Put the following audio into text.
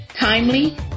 timely